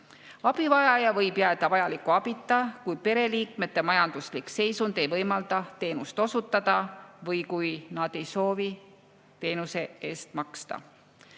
Abivajaja võib jääda vajaliku abita, kui pereliikmete majanduslik seisund ei võimalda teenust osta või kui nad ei soovi teenuse eest maksta.